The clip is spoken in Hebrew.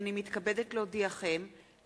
הנני מתכבדת להודיעכם,